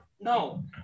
No